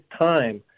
time